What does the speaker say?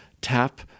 tap